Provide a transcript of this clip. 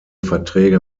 verträge